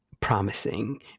promising